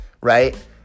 right